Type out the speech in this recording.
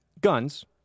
guns